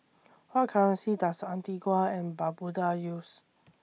What currency Does Antigua and Barbuda use